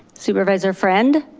supervisor friend.